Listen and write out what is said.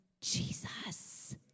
Jesus